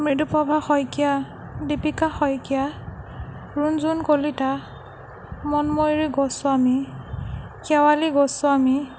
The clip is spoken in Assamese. মৃদুপ্ৰভা শইকীয়া দীপিকা শইকীয়া ৰুণজুণ কলিতা মনময়ূৰী গোস্বামী শেৱালী গোস্বামী